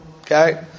Okay